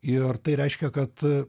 ir tai reiškia kad